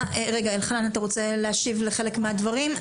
אלחנן פלהיימר, אתה רוצה להשיב לחלק מן הדברים?